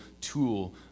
tool